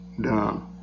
done